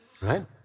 Right